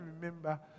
remember